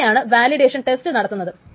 ഇങ്ങനെയാണ് validation test നടത്തുന്നത്